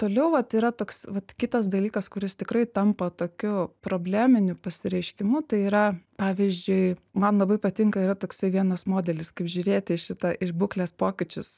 toliau vat yra toks vat kitas dalykas kuris tikrai tampa tokiu probleminiu pasireiškimu tai yra pavyzdžiui man labai patinka yra toksai vienas modelis kaip žiūrėti į šitą į būklės pokyčius